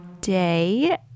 day